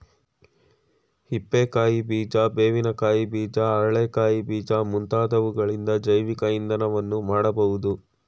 ಹಿಪ್ಪೆ ಕಾಯಿ ಬೀಜ, ಬೇವಿನ ಕಾಯಿ ಬೀಜ, ಅರಳೆ ಕಾಯಿ ಬೀಜ ಮುಂತಾದವುಗಳಿಂದ ಜೈವಿಕ ಇಂಧನವನ್ನು ಮಾಡಬೋದು